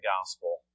gospel